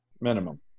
minimum